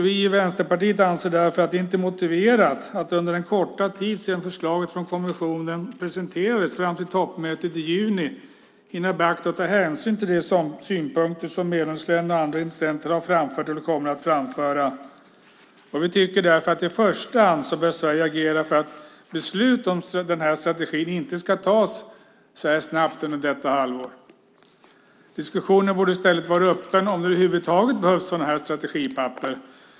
Vi i Vänsterpartiet anser därför att det inte är motiverat att under den korta tid sedan förslaget från kommissionen presenterades fram till toppmötet i juni hinna beakta och ta hänsyn till de synpunkter som medlemsländerna och olika intressenter har framfört eller kommer att framföra. Vi tycker därför i första hand att Sverige bör agera för att beslut om strategin inte ska tas så snabbt under detta halvår. Diskussionen borde i stället vara öppen om det över huvud taget behövs sådana här strategipapper.